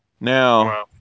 Now